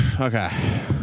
Okay